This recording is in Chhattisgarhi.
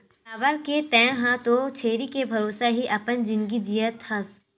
काबर के तेंहा तो छेरी के भरोसा ही अपन जिनगी जियत हस